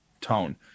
tone